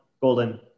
golden